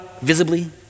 visibly